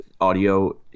audio